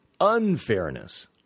unfairness